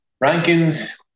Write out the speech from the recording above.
Rankins